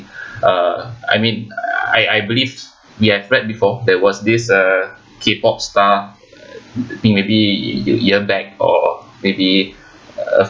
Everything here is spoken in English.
uh I mean I I believe we have read before there was this uh K pop star I think maybe a year back or maybe uh